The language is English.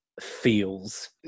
feels